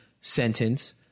sentence